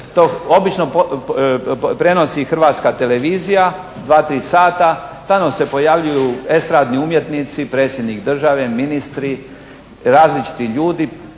To obično prenosi Hrvatska televizija dva, tri sada, tamo se pojavljuju estradni umjetnici, predsjednik države, ministri, različiti ljudi.